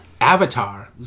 Avatar